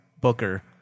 Booker